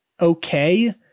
okay